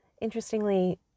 interestingly